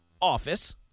office